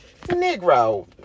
negro